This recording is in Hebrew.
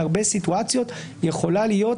בהרבה סיטואציות יכולה להיות